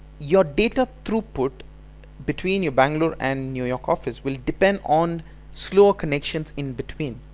your data-throughput between your bangalore and new york office will depend on slower connections in between.